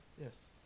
Yes